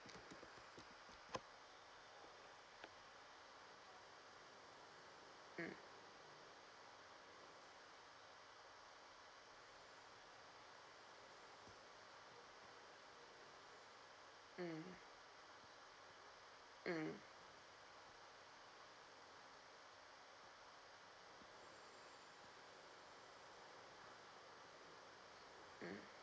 mm mm mm